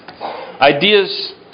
Ideas